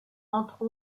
entre